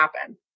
happen